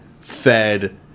fed